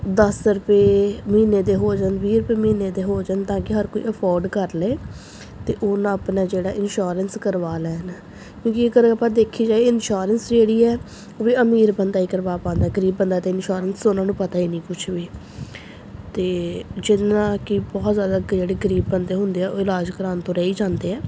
ਦਸ ਰੁਪਏ ਮਹੀਨੇ ਦੇ ਹੋ ਜਾਣ ਵੀਹ ਰੁਪਏ ਮਹੀਨੇ ਦੇ ਹੋ ਜਾਣ ਤਾਂ ਕਿ ਹਰ ਕੋਈ ਅਫੋਰਡ ਕਰ ਲਏ ਅਤੇ ਉਹ ਨਾ ਆਪਣਾ ਜਿਹੜਾ ਇਨਸ਼ੋਰੈਂਸ ਕਰਵਾ ਲੈਣ ਕਿਉਂਕਿ ਜੇਕਰ ਆਪਾਂ ਦੇਖੀ ਜਾਈਏ ਇਨਸ਼ੋਰੈਂਸ ਜਿਹੜੀ ਆ ਉਹ ਵੀ ਅਮੀਰ ਬੰਦਾ ਹੀ ਕਰਵਾ ਪਾਉਂਦਾ ਗਰੀਬ ਬੰਦਾ ਅਤੇ ਇਨਸ਼ੋਰੈਂਸ ਉਹਨਾਂ ਨੂੰ ਪਤਾ ਹੀ ਨਹੀਂ ਕੁਛ ਵੀ ਅਤੇ ਜਿਹਦੇ ਨਾਲ ਕਿ ਬਹੁਤ ਜ਼ਿਆਦਾ ਅੱਗੇ ਜਿਹੜੇ ਗਰੀਬ ਬੰਦੇ ਹੁੰਦੇ ਆ ਉਹ ਇਲਾਜ ਕਰਾਉਣ ਤੋਂ ਰਹਿ ਹੀ ਜਾਂਦੇ ਆ